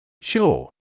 Sure